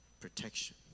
protection